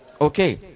Okay